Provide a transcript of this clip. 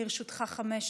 גם לרשותך חמש דקות.